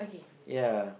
ya